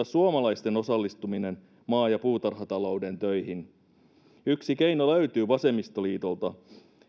suomalaisten osallistuminen maa ja puutarhatalouden töihin yksi keino löytyy vasemmistoliitolta